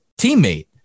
teammate